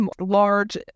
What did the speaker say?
large